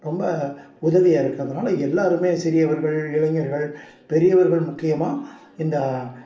ரொம்ப உதவியாக இருக்கிறதுனால எல்லோருமே சிறியவர்கள் இளைஞர்கள் பெரியவர்கள் முக்கியமாக இந்த